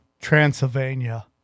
Transylvania